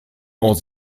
aus